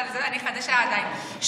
אבל אני חדשה עדיין.